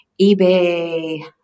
eBay